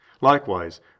Likewise